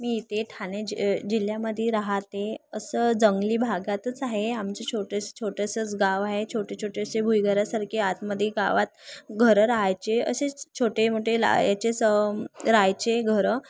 मी इथे ठाणे ज जिल्ह्यामध्ये राहाते असं जंगली भागातच आहे आमचे छोटंसं छोटंसंच गाव आहे छोटे छोटेसे भुईगरासारखे आतमध्ये गावात घरं राहायचे असेच छोटे मोठे ला याचेच राहायचे घरं